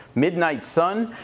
midnight sun,